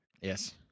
Yes